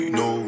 no